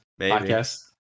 podcast